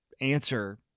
answer